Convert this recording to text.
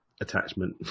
Attachment